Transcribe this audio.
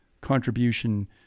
contribution